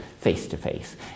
face-to-face